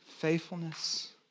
Faithfulness